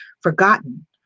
forgotten